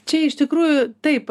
čia iš tikrųjų taip